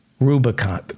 Rubicon